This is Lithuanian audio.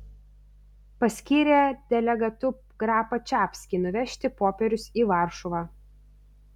paskyrė delegatu grapą čapskį nuvežti popierius į varšuvą